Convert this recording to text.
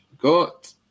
got